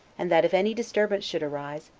and that if any disturbance should arise,